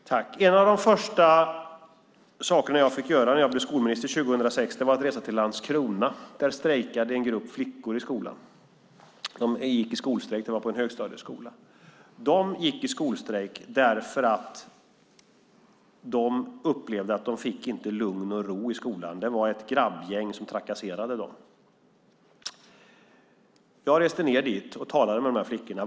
Fru talman! En av de första saker som jag fick göra när jag blev skolminister 2006 var att resa till Landskrona. Där strejkade en grupp flickor i skolan. Det var en högstadieskola. De gick i skolstrejk därför att de upplevde att de inte fick lugn och ro i skolan. Det var ett grabbgäng som trakasserade dem. Jag reste ned dit och talade med de här flickorna.